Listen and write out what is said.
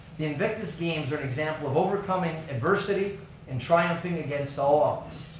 the invictus games are an example of overcoming adversity and triumphing against all odds.